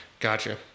Gotcha